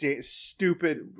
stupid